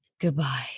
Goodbye